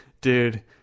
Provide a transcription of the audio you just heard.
Dude